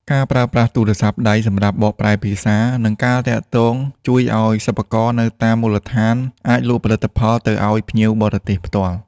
ការប្រើប្រាស់កម្មវិធីទូរស័ព្ទដៃសម្រាប់បកប្រែភាសា និងការទាក់ទង ជួយឱ្យសិប្បករនៅតាមមូលដ្ឋានអាចលក់ផលិតផលទៅឱ្យភ្ញៀវបរទេសផ្ទាល់។